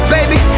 Baby